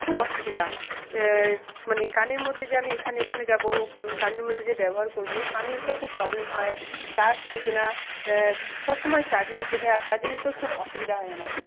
খুব অসুবিধা মানে কানের মধ্যে যে আমি এখানে ওখানে যাব কানের মধ্যে যে ব্যবহার করবো কানের তো খুব প্রবলেম হয় চার্জ টেকে না সবসময় চার্জে দিতে হয় আর চার্জে দিতেও খুব অসুবিধা হয় আমার